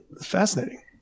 Fascinating